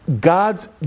God's